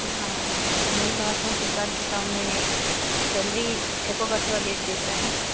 हाँ तो यही बात है सरकार के काम में सैलरी शिक्षकों का थोड़ा लेट देती है